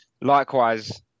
Likewise